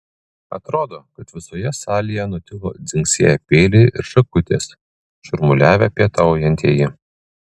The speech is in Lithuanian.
atrodo kad visoje salėje nutilo dzingsėję peiliai ir šakutės šurmuliavę pietaujantieji